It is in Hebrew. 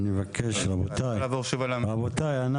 מבקש, רבותיי.